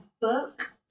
book